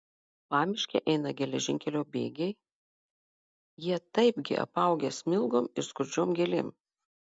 pamiške eina geležinkelio bėgiai jie taipgi apaugę smilgom ir skurdžiom gėlėm